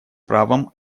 правом